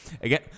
again